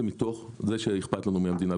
זה מתוך זה שאכפת לנו מהמדינה.